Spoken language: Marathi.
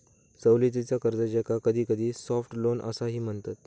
सवलतीचा कर्ज, ज्याका कधीकधी सॉफ्ट लोन असाही म्हणतत